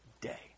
day